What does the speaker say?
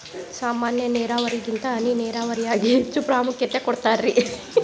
ಸಾಮಾನ್ಯ ನೇರಾವರಿಗಿಂತ ಹನಿ ನೇರಾವರಿಗೆ ಹೆಚ್ಚ ಪ್ರಾಮುಖ್ಯತೆ ಕೊಡ್ತಾರಿ